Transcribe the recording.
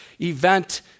event